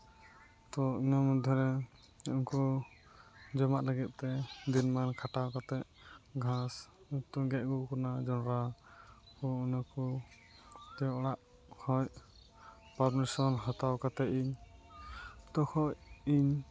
ᱛᱚ ᱚᱱᱟ ᱢᱚᱫᱽᱫᱷᱮ ᱨᱮ ᱩᱱᱠᱩ ᱡᱚᱢᱟᱜ ᱞᱟᱹᱜᱤᱫ ᱛᱮ ᱫᱤᱱᱟᱹᱢᱟᱱ ᱠᱷᱟᱴᱟᱣ ᱠᱟᱛᱮ ᱜᱷᱟᱸᱥ ᱜᱮᱫ ᱟᱹᱜᱩᱣᱟᱠᱚ ᱠᱟᱱᱟ ᱡᱚᱱᱰᱨᱟ ᱠᱚ ᱱᱩᱠᱩ ᱛᱚ ᱚᱲᱟᱜ ᱠᱷᱚᱡ ᱯᱟᱨᱢᱤᱥᱚᱱ ᱦᱟᱛᱟᱣ ᱠᱟᱛᱮ ᱤᱧ ᱛᱚᱠᱷᱚᱡ ᱤᱧ